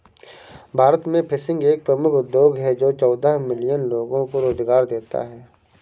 भारत में फिशिंग एक प्रमुख उद्योग है जो चौदह मिलियन लोगों को रोजगार देता है